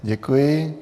Děkuji.